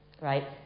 right